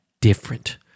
different